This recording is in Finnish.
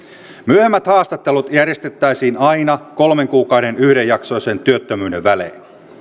myöhemmät haastattelut järjestettäisiin aina kolmen kuukauden yhdenjaksoisen työttömyyden välein